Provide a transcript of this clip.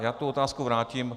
Já tu otázku vrátím.